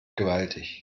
gewaltig